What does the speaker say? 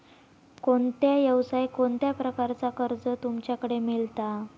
कोणत्या यवसाय कोणत्या प्रकारचा कर्ज तुमच्याकडे मेलता?